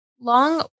long